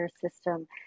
system